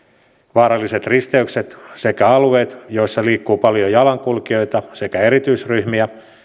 vaaralliset risteykset sekä alueet joilla liikkuu paljon jalankulkijoita sekä erityisryhmiä